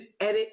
edit